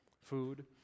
food